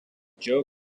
joe